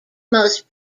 most